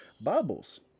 Bubbles